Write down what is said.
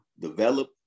develop